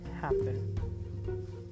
happen